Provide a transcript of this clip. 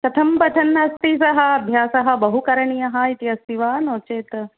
कथं पठन् अस्ति सः अभ्यासः बहु करणीयः इति अस्ति वा नो चेत्